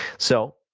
so,